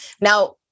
Now